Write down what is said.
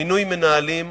מינוי מנהלים,